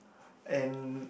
and